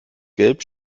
gelb